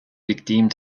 victime